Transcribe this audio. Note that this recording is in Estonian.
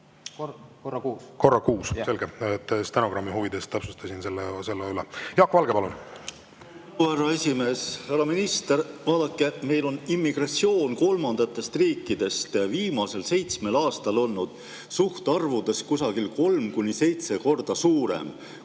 korra kuus.) Korra kuus. Selge, stenogrammi huvides täpsustasin selle üle. Jaak Valge, palun! Aitäh, härra esimees! Härra minister! Vaadake, meil on immigratsioon kolmandatest riikidest viimasel seitsmel aastal olnud suhtarvudes kolm kuni seitse korda suurem